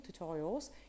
tutorials